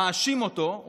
מאשים אותו.